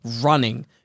running